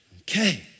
Okay